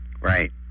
Right